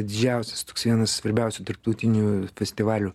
didžiausias toks vienas svarbiausių tarptautinių festivalių